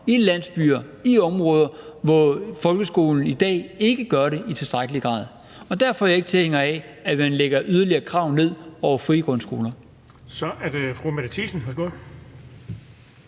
i landsbyer og i områder, hvor folkeskolen i dag ikke gør det i tilstrækkelig grad. Og derfor er jeg ikke tilhænger af, at man lægger yderligere krav ned over frie grundskoler. Kl. 16:05 Den fg.